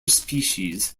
species